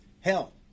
Hell